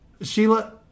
Sheila